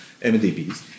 MDBs